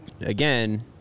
again